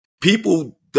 People